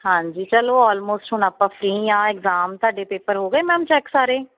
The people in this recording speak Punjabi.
ਹਾਂਜੀ ਚਲੋ ਆਲਮੋਸਟ ਹੁਣ ਆਪਾਂ ਫਰੀ ਹਾਂ ਇਗਜ਼ਾਮ ਤੁਹਾਡੇ ਪੇਪਰ ਹੋ ਗਏ ਮੈਮ ਚੈਕ ਸਾਰੇ